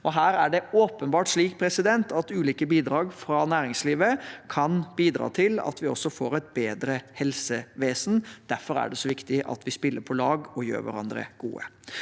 Her er det åpenbart slik at ulike bidrag fra næringslivet kan bidra til at vi også får et bedre helsevesen. Derfor er det så viktig at vi spiller på lag og gjør hverandre gode.